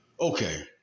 Okay